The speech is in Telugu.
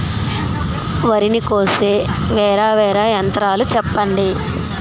వరి ని కోసే వేరా వేరా యంత్రాలు చెప్పండి?